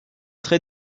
très